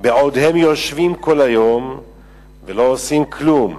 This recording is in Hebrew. בעוד הם יושבים כל היום ולא עושים כלום.